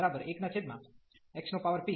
અને બીજું એક gx1xp